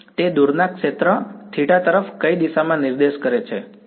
તે દૂરના ક્ષેત્રમાં θˆ તરફ કઈ દિશામાં નિર્દેશ કરે છે બરાબર